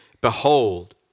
Behold